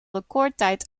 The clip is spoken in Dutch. recordtijd